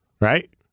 Right